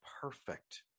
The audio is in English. perfect